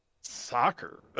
soccer